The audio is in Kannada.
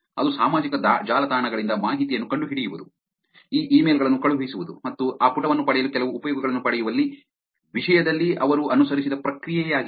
ಅದು ಸಾಮಾಜಿಕ ಜಾಲತಾಣಗಳಿಂದ ಮಾಹಿತಿಯನ್ನು ಕಂಡುಹಿಡಿಯುವುದು ಈ ಇಮೇಲ್ ಗಳನ್ನು ಕಳುಹಿಸುವುದು ಮತ್ತು ಆ ಪುಟವನ್ನು ಪಡೆಯಲು ಕೆಲವು ಉಪಯೋಗಗಳನ್ನು ಪಡೆಯುವ ವಿಷಯದಲ್ಲಿ ಅವರು ಅನುಸರಿಸಿದ ಪ್ರಕ್ರಿಯೆಯಾಗಿದೆ